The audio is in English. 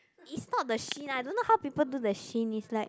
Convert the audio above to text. is not the shin lah don't know how people do the shin is like